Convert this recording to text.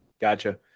Gotcha